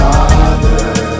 Father